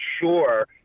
sure